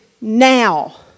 now